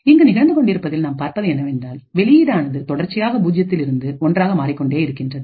இங்கு நிகழ்ந்து கொண்டிருப்பதில் நாம் பார்ப்பது என்னவென்றால்வெளியீடான தொடர்ச்சியாக பூஜ்ஜியத்தில் இருந்து ஒன்றாக மாறிக்கொண்டே இருக்கின்றது